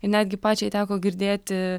ir netgi pačiai teko girdėti